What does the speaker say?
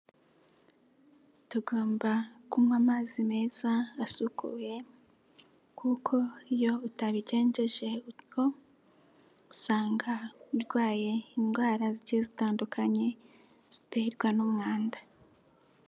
Tugomba kunywa amazi meza asukuye, kuko iyo utabigenjeje utyo, usanga urwaye indwara zigiye zitandukanye ziterwa n'umwanda.